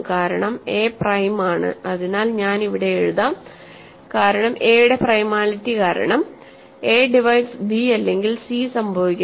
കാരണം A prime ആണ് അതിനാൽ ഞാൻ ഇവിടെ എഴുതാം കാരണം a യുടെ പ്രൈമാലിറ്റി കാരണം എ ഡിവൈഡ്സ് b അല്ലെങ്കിൽ സി സംഭവിക്കുന്നു